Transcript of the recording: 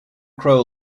crow